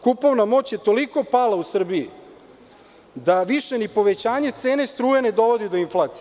Kupovna moć je toliko pala u Srbiji da više ni povećanje cene struje ne dovodi do inflacije.